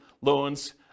loans